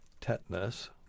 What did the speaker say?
tetanus